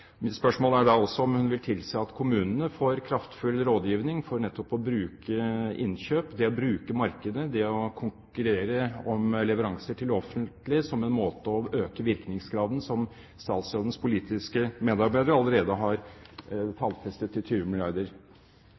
Mitt spørsmål er da om hun vil tilse at kommunene får kraftfull rådgivning for nettopp å bruke innkjøp – det å bruke markedet, det å konkurrere om leveranser til det offentlige – som en måte å øke virkningsgraden på, som statsrådens politiske medarbeider allerede har tallfestet til 20